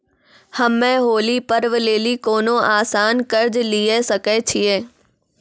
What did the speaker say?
हम्मय होली पर्व लेली कोनो आसान कर्ज लिये सकय छियै?